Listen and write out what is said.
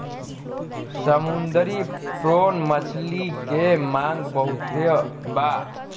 समुंदरी प्रोन मछली के मांग बहुत बा